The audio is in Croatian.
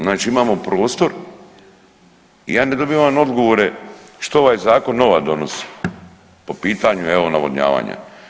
Znači imamo prostor i ja ne dobivam odgovore što ovaj zakon nova donosi po pitanju evo navodnjavanja.